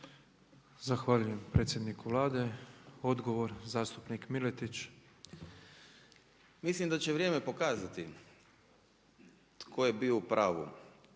Zahvaljujem predsjedniku Vlade. Odgovor zastupnik Miletić. **Miletić, Boris (IDS)** Mislim da će vrijeme pokazati tko je bio u pravu.